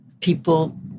people